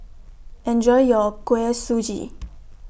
Enjoy your Kuih Suji